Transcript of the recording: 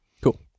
cool